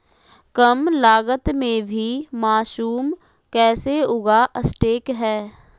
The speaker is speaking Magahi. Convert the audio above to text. कम लगत मे भी मासूम कैसे उगा स्केट है?